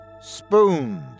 Spoons